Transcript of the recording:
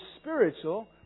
spiritual